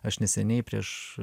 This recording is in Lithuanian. aš neseniai prieš